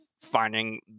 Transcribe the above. finding